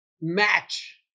match